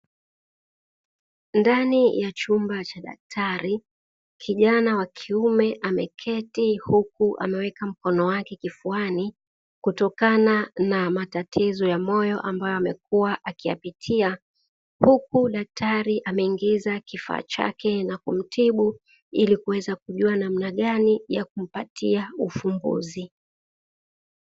Ndani ya chumba cha daktari kijana wa kiume ameketi huku ameweka mkono wake kifuani kutokana na matatizo ya moyo ambayo amekuwa akiyapitia huku daktari ameingiza kifaa chake na kumtibu ili kuweza kujua namna gani ya kumpatia ufumbuzi.